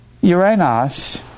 Uranus